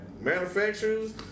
manufacturers